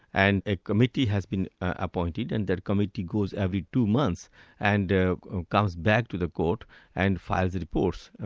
and a committee has been appointed, and that committee goes every two months and ah and comes back to the court and files reports,